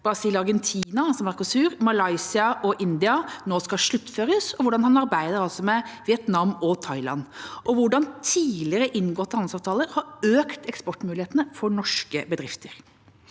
altså Mercosur, og Malaysia og India som nå skal sluttføres, hvordan han arbeider med Vietnam og Thailand, og hvordan tidligere inngåtte handelsavtaler har økt eksportmulighetene for norske bedrifter.